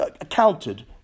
accounted